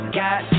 got